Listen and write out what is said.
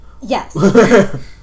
yes